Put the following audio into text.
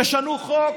תשנו חוק,